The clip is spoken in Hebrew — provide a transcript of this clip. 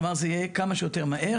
כלומר, זה יהיה כמה שיותר מהר.